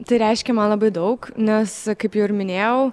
tai reiškė man labai daug nes kaip jau ir minėjau